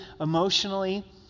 emotionally